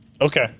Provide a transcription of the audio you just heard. Okay